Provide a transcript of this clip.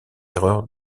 erreurs